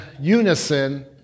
unison